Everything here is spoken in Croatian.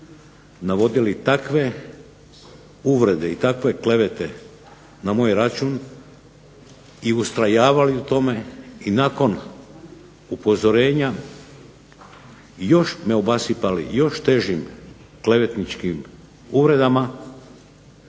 navodili takve uvrede i takve klevete na moj račun i ustrajavali u tome i nakon upozorenja i još me obasipali još težim klevetničkim uvredama